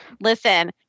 Listen